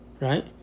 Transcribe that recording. right